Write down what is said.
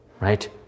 right